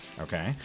okay